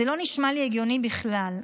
זה לא נשמע לי הגיוני בכלל.